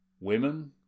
Women